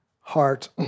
heart